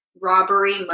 robbery